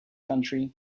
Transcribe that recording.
country